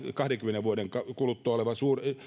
kahdenkymmenen vuoden kuluttua oleva